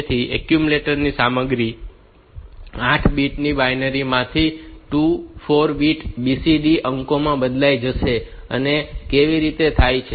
તેથી એક્યુમ્યુલેટર સામગ્રી 8 bit binary માંથી 2 4 બીટ BCD અંકોમાં બદલાઈ ગઈ છે અને તે કેવી રીતે થાય છે